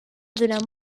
durant